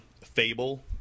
Fable